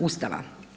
Ustava.